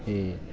ते